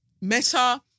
Meta